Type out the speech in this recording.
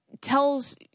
tells